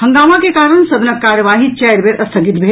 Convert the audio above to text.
हंगामा के कारण सदनक कार्यवाही चारि बेर स्थगित भेल